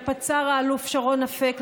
לפצ"ר האלוף שרון אפק,